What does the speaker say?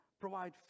provide